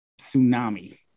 tsunami